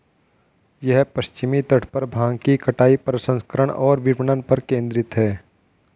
यह पश्चिमी तट पर भांग की कटाई, प्रसंस्करण और विपणन पर केंद्रित है